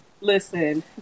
listen